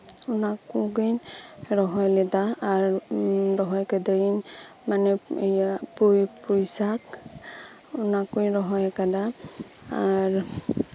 ᱚᱱᱟ ᱠᱚᱜᱮᱧ ᱨᱚᱦᱚᱭ ᱞᱮᱫᱟ ᱟᱨ ᱨᱚᱦᱚᱭ ᱠᱟᱹᱫᱟᱹᱧ ᱢᱟᱱᱮ ᱤᱭᱟᱹ ᱯᱩᱭ ᱯᱩᱭ ᱥᱟᱠ ᱚᱱᱟᱠᱩᱧ ᱨᱚᱦᱚᱭ ᱟᱠᱟᱫᱟ ᱟᱨ